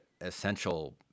essential